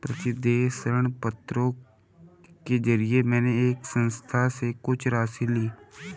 प्रतिदेय ऋणपत्रों के जरिये मैंने एक संस्था से कुछ राशि ली